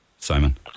Simon